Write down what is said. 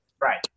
Right